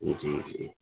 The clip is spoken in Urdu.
جی جی